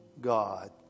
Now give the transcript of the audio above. God